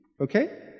okay